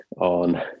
on